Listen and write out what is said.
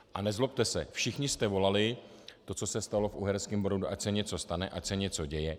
A nezlobte se, všichni jste volali po tom, co se stalo v Uherském Brodu, ať se něco stane, ať se něco děje.